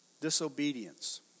Disobedience